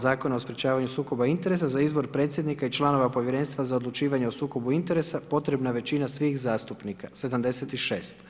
Zakona o sprječavanju sukoba interesa za izbor predsjednika i članova Povjerenstva za odlučivanje o sukobu interesa potrebna većina svih zastupnika, 76.